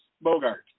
Bogart